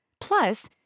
Plus